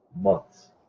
months